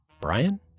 Brian